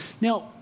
Now